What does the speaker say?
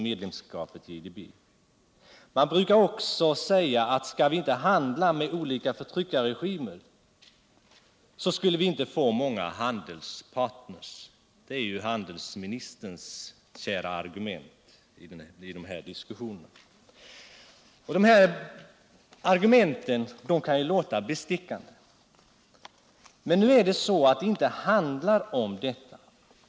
Man brukar också säga att skulle vi inte handla med olika förtryckarregimer, så skulle vi inte få många handelspartner. Det är ju handelsministerns kära argument i de här diskussionerna. Dessa argument kan ju låta bestickande. Men nu är det så, att det inte handlar om detta.